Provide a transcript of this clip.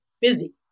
busy